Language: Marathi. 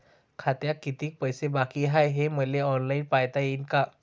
खात्यात कितीक पैसे बाकी हाय हे मले ऑनलाईन पायता येईन का?